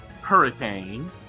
Hurricane